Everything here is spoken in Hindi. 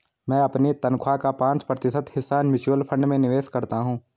मैं अपनी तनख्वाह का पाँच प्रतिशत हिस्सा म्यूचुअल फंड में निवेश करता हूँ